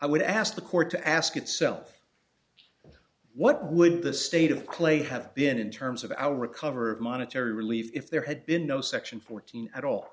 i would ask the court to ask itself what would the state of clay have been in terms of our recovery of monetary relief if there had been no section fourteen at all